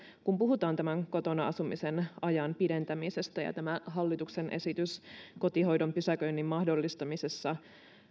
kun puhutaan tästä kotona asumisen ajan pidentämisestä ja tämä hallituksen esitys kotihoidon pysäköinnin mahdollistamisesta